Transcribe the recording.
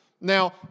Now